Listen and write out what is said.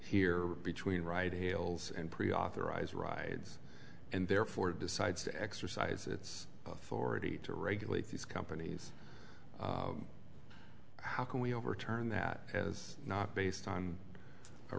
here between right heels and pre authorized rides and therefore decides to exercise its authority to regulate these companies how can we overturn that is not based on a